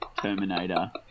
Terminator